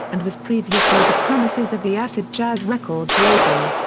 and was previously the premises of the acid jazz records label.